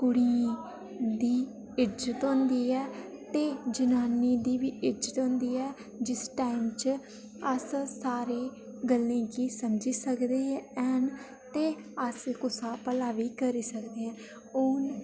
कुड़ी उं'दी इज्जत होंदी ऐ प्ही जनानियें दी बी इज्जत होंदी ऐ जिस टाईम च अस सारे गल्लें गी समझी सकने आँ अस कुसै दा भला बी करी सकने आं